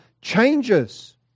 changes